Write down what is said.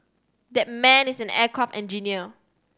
that man is an aircraft engineer